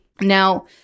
Now